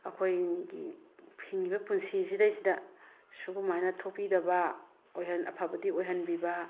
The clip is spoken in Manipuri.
ꯑꯩꯈꯣꯏꯒꯤ ꯍꯤꯡꯉꯤꯕ ꯄꯨꯟꯁꯤꯁꯤꯗꯩꯁꯤꯗ ꯁꯤꯒꯨꯝꯃꯥꯏꯅ ꯊꯣꯛꯄꯤꯗꯕ ꯑꯐꯕꯗꯤ ꯑꯣꯏꯍꯟꯕꯤꯕ